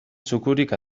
zukurik